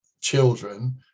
children